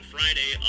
Friday